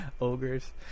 Ogres